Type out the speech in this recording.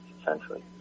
essentially